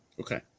Okay